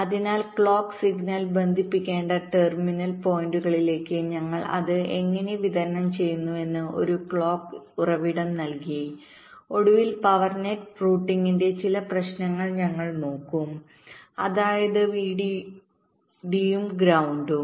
അതിനാൽ clock signal ബന്ധിപ്പിക്കേണ്ട terminal പോയിന്റുകളിലേക്ക് ഞങ്ങൾ അത് എങ്ങനെ വിതരണം ചെയ്യുന്നുവെന്ന് ഒരു ക്ലോക്ക് ഉറവിടം നൽകി ഒടുവിൽ പവർ നെറ്റ് റൂട്ടിംഗിന്റെചില പ്രശ്നങ്ങൾ ഞങ്ങൾ നോക്കും അതായത് Vdd ഉം ഗ്രൌണ്ടും